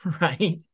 right